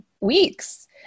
weeks